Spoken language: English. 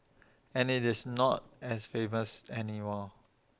and IT is not as famous anymore